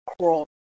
crawl